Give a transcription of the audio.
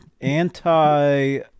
anti